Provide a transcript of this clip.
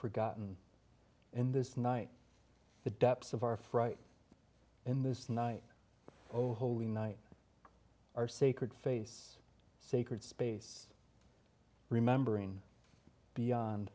forgotten in this night the depths of our fright in this night oh holy night our sacred face sacred space remembering beyond